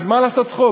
אז מה, לעשות צחוק?